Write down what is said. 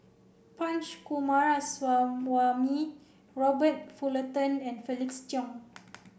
Punch Coomaraswamy Robert Fullerton and Felix Cheong